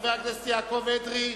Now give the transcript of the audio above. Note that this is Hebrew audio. חבר הכנסת יעקב אדרי,